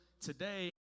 Today